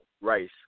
rice